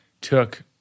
took